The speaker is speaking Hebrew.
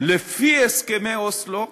לפי הסכמי אוסלו,